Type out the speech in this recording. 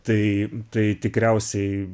tai tai tikriausiai